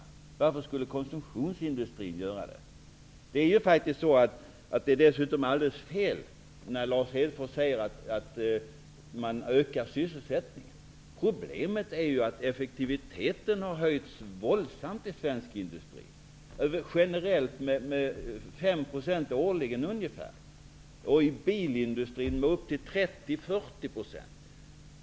Varför skulle konsumtionsindustrin göra det? Dessutom är det helt fel att sysselsättningen skulle öka, som Lars Hedfors säger. Problemet är ju att effektiviteten har ökat så våldsamt i svensk industri, generellt med 5 % årligen och i bilindustrin med 30--40 %.